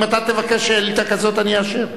אם אתה תבקש שאילתא כזאת אני אאשר,